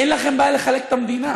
אין לכם בעיה לחלק את המדינה.